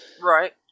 Right